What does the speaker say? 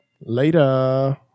Later